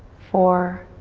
four,